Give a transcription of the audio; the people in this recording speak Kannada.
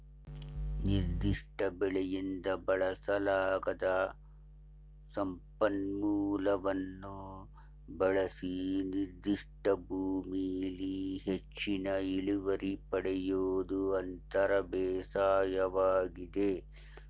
ನಿರ್ದಿಷ್ಟ ಬೆಳೆಯಿಂದ ಬಳಸಲಾಗದ ಸಂಪನ್ಮೂಲವನ್ನು ಬಳಸಿ ನಿರ್ದಿಷ್ಟ ಭೂಮಿಲಿ ಹೆಚ್ಚಿನ ಇಳುವರಿ ಪಡಿಯೋದು ಅಂತರ ಬೇಸಾಯವಾಗಿದೆ